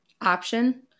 option